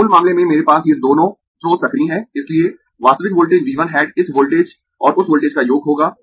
अब मूल मामले में मेरे पास ये दोनों स्रोत सक्रिय है इसलिए वास्तविक वोल्टेज V 1 हैट इस वोल्टेज और उस वोल्टेज का योग होगा